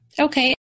Okay